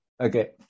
Okay